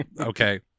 Okay